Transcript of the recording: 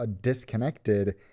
disconnected